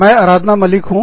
मैं आराधना मलिक हूँ